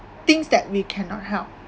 things that we cannot help